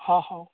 ହଁ ହଉ